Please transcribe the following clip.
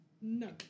No